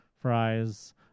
fries